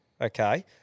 okay